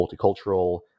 multicultural